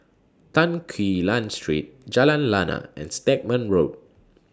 Tan Quee Lan Street Jalan Lana and Stagmont Road